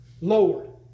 Lord